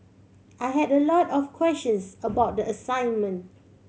I had a lot of questions about the assignment